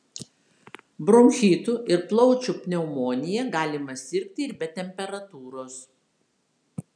bronchitu ir plaučių pneumonija galima sirgti ir be temperatūros